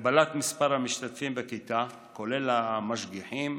הגבלת מספר המשתתפים בכיתה, כולל המשגיחים,